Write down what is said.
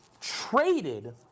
traded